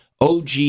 OG